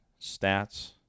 stats